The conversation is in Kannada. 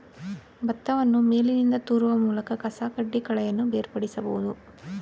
ಭತ್ತವನ್ನು ಮೇಲಿನಿಂದ ತೂರುವ ಮೂಲಕ ಕಸಕಡ್ಡಿ ಕಳೆಯನ್ನು ಬೇರ್ಪಡಿಸಬೋದು